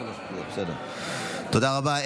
תודה רבה.